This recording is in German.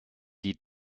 die